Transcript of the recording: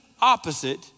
opposite